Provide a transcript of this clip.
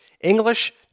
English